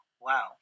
Wow